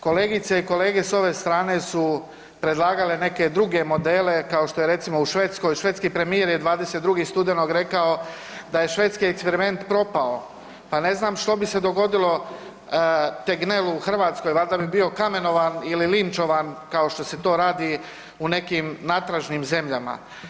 Kolegice i kolege s ove strane su predlagale neke druge modele kao što je recimo u Švedskoj, švedski premijer je 22. studenog rekao da je švedski eksperiment propao, a ne znam što bi se dogodilo Tegnellu u Hrvatskoj valjda bi bio kamenovan ili linčovan kao što se to radi u nekim natražnim zemljama.